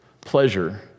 pleasure